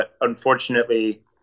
unfortunately